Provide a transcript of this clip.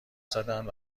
زدند